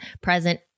present